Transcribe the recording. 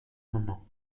moment